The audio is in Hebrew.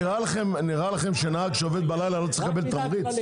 נראה לכם שנהג שעובד בלילה לא צריך לקבל תמריץ?